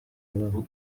impamo